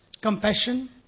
compassion